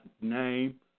name